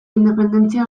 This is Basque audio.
independentzia